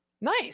Nice